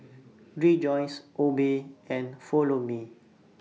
Rejoice Obey and Follow Me